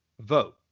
vote